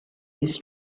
his